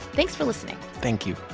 thanks for listening thank you